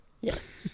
Yes